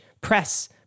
press